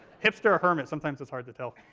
hipster or hermit? sometimes it's hard to tell.